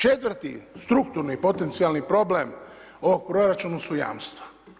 Četvrti strukturni potencijalni problem ovog proračuna su jamstva.